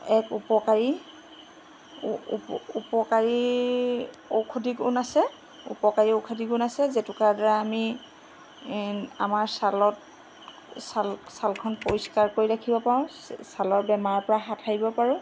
এক উপকাৰী উপকাৰী ঔষধি গুণ আছে উপকাৰী ঔষধি গুণ আছে জেতুকাৰদ্বাৰা আমি আমাৰ ছালত ছাল ছালখন পৰিষ্কাৰ কৰি ৰাখিব পাৰোঁ ছালৰ বেমাৰৰপৰা হাত সাৰিব পাৰোঁ